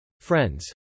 Friends